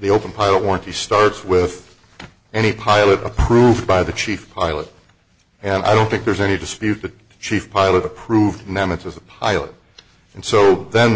the open pilot warranty starts with any pilot approved by the chief pilot and i don't think there's any dispute that chief pilot approved namath as a pilot and so then